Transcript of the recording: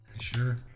Sure